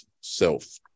self